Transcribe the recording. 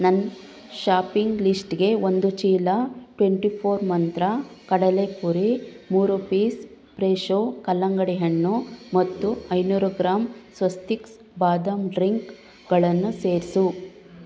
ನನ್ನ ಶಾಪಿಂಗ್ ಲಿಸ್ಟಿಗೆ ಒಂದು ಚೀಲ ಟ್ವೆಂಟಿ ಫೋರ್ ಮಂತ್ರ ಕಡಲೆಪುರಿ ಮೂರು ಪೀಸ್ ಪ್ರೇಶೋ ಕಲ್ಲಂಗಡಿ ಹಣ್ಣು ಮತ್ತು ಐನೂರು ಗ್ರಾಂ ಸ್ವಸ್ತಿಕ್ಸ್ ಬಾದಾಮ್ ಡ್ರಿಂಕ್ಗಳನ್ನು ಸೇರಿಸು